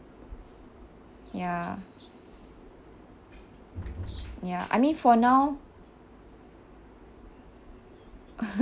ya ya I mean for now